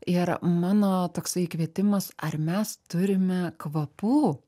ir mano toksai kvietimas ar mes turime kvapų